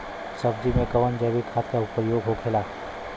सब्जी में कवन जैविक खाद का प्रयोग होखेला?